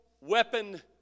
weapon